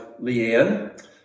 Leanne